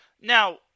Now